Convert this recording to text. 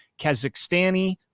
Kazakhstani